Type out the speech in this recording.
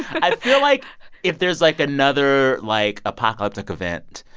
i feel like if there's, like, another, like, apocalyptic event,